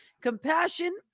Compassion